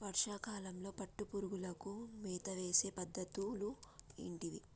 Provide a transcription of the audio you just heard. వర్షా కాలంలో పట్టు పురుగులకు మేత వేసే పద్ధతులు ఏంటివి?